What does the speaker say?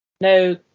No